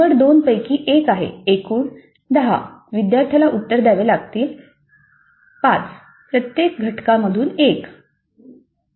तर निवड 2 पैकी 1 आहे एकूण 10 विद्यार्थ्याला उत्तर द्यावे लागतील 5 प्रत्येक घटकांमधून 1